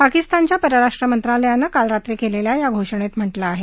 पाकिस्तानच्या परराष्ट्रमंत्रालयानं काल रात्री केलेल्या या घोषणेत म्हटलं आहे